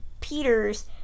Peters